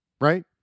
right